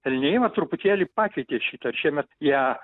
elniai vat truputėlį pakeitė šitą ir šiemet jie